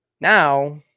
now